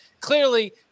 Clearly